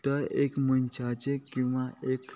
तो एक मनशाचे किंवा एक